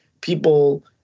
people